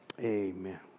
amen